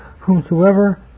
whomsoever